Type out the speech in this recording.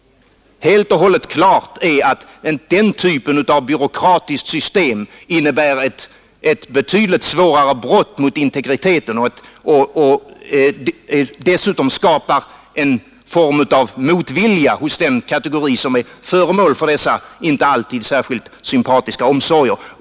Helt och hållet klart är att den typen av byråkratiskt system innebär ett betydligt svårare brott mot integriteten och dessutom skapar en form av motvilja hos den kategori som är föremål för dessa inte alltid särskilt sympatiska omsorger.